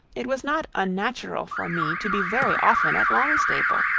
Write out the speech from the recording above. it was not unnatural for me to be very often at longstaple,